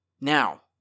Now